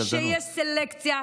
שיש סלקציה,